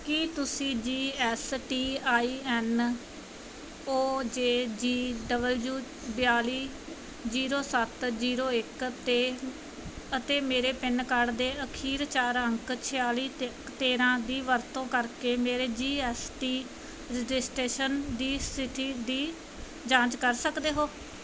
ਕੀ ਤੁਸੀਂ G S T I N O J G W ਬਿਆਲੀ zero ਸੱਤ zero ਇੱਕ 'ਤੇ ਅਤੇ ਮੇਰੇ ਪੈਨ ਕਾਰਡ ਦੇ ਆਖਰੀ ਚਾਰ ਅੰਕਾਂ ਛਿਆਲੀ ਤੇਰ੍ਹਾਂ ਦੀ ਵਰਤੋਂ ਕਰਕੇ ਮੇਰੀ ਜੀ ਐੱਸ ਟੀ ਰਜਿਸਟ੍ਰੇਸ਼ਨ ਦੀ ਸਥਿਤੀ ਦੀ ਜਾਂਚ ਕਰ ਸਕਦੇ ਹੋ